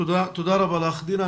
אוקיי, תודה רבה לך, דינה.